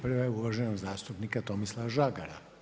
Prva je uvaženog zastupnika Tomislav Žagara.